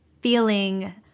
feeling